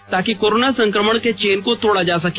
ताकि कोरोना संक्रमण के चेन को तोड़ा जा सके